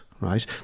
right